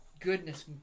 Goodness